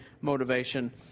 motivation